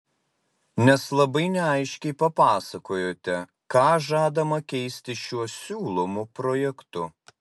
nes labai neaiškiai papasakojote ką žadama keisti šiuo siūlomu projektu